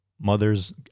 mothers